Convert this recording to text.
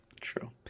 true